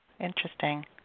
Interesting